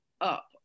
up